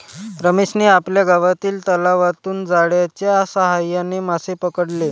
रमेशने आपल्या गावातील तलावातून जाळ्याच्या साहाय्याने मासे पकडले